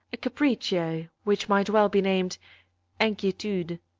a capriccio, which might well be named inquietude.